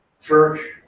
church